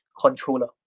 controller